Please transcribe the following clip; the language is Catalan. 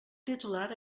titular